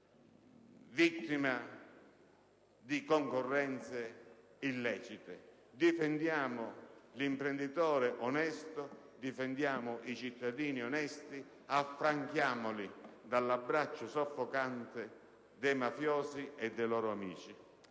vittima di concorrenze illecite. Difendiamo l'imprenditore onesto, difendiamo i cittadini onesti e affranchiamoli dall'abbraccio soffocante dei mafiosi e dei loro amici!